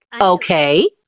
okay